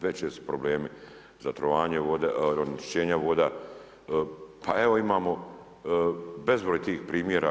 Veći su problemi zatrovanje vode, onečišćenja voda, pa evo imamo bezbroj tih primjera.